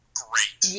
great